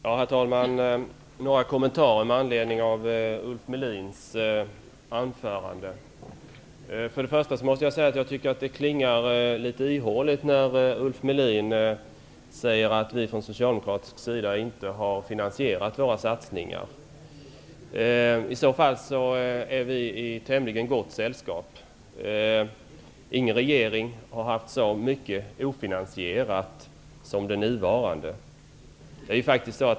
Herr talman! Några kommentarer med anledning av Ulf Melins anförande. För det första måste jag säga att det klingar litet ihåligt när Ulf Melin säger att vi från socialdemokratisk sida inte har finansierat våra satsningar. I så fall är vi i tämligen gott sällskap. Ingen regering har lagt fram så många ofinansierade förslag som den nuvarande.